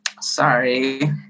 Sorry